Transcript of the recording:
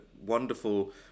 wonderful